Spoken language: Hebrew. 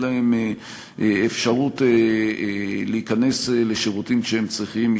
להם אפשרות להיכנס לשירותים כשהם צריכים.